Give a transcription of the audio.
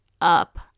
up